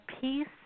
peace